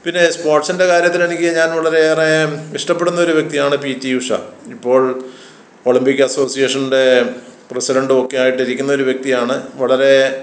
പിന്നെ സ്പോർട്സിൻ്റെ കാര്യത്തിലാണെങ്കിൽ ഞാൻ വളരെയേറെ ഇഷ്ടപെടുന്ന ഒരു വ്യക്തിയാണ് പീ റ്റി ഉഷ ഇപ്പോൾ ഒളിമ്പിക്ക് അസോസിസിയേഷൻ്റെ പ്രസിഡൻറ്റുമൊക്കെ ആയിട്ട് ഇരിക്കുന്ന ഒരു വ്യക്തിയാണ് വളരെ